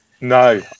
No